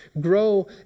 Grow